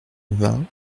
vingt